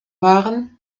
waren